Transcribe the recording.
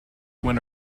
went